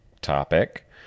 topic